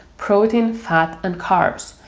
protein, fat, and carbs,